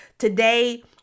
Today